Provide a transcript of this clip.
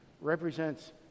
represents